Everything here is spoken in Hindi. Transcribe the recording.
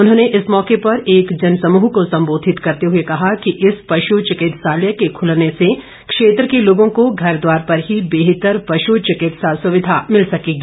उन्होंने इस मौके पर एक जनसमुह को संबोधित करते हुए कहा कि इस पशु चिकित्सालय के खुलने से क्षेत्र के लोगों को घर द्वार पर ही बेहतर पश् चिकित्सा सुविधा मिल सकेगी